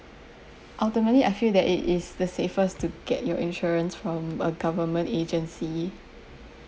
ultimately I feel that it is the safest to get your insurance from a government agency